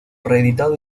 reeditado